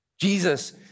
Jesus